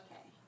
Okay